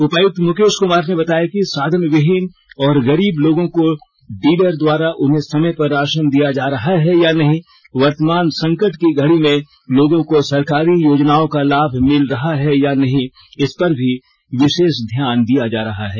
उपायुक्त मुकेश कुमार ने बताया कि साधन विहीन और गरीब लोगों को डीलर द्वारा उन्हें समय पर राशन दिया जा रहा है या नही वर्तमान संकट की घड़ी में लोगों को सरकारी योजनाओं का लाभ मिल रहा है या नहीं इस पर भी विषेष ध्यान दिया जा रहा है